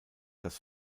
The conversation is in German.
das